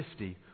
50